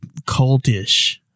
cultish